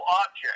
object